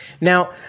Now